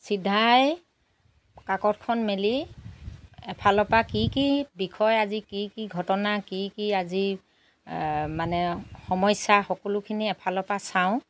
চিধাই কাকতখন মেলি এফালৰ পৰা কি কি বিষয় আজি কি কি ঘটনা কি কি আজি মানে সমস্যা সকলোখিনি এফালৰ পৰা চাওঁ